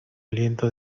aliento